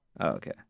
okay